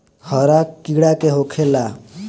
हरा कीड़ा का होखे ला?